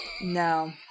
No